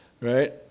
right